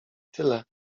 tyle